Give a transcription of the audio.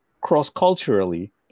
cross-culturally